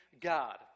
God